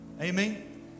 Amen